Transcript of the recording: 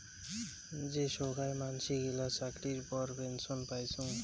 যে সোগায় মানসি গিলা চাকরির পর পেনসন পাইচুঙ